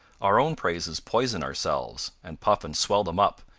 our own praises poison our selves, and puff and swell them up,